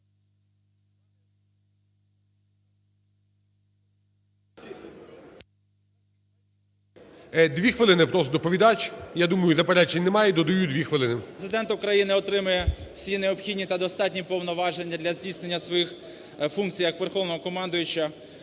2 хвилини просить доповідач. Я думаю, заперечень немає, додаю 2 хвилини. ВІННИК І.Ю. Президент України отримає всі необхідні та достатні повноваження для здійснення своїх функцій як Верховного Головнокомандувача.